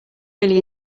really